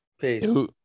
Peace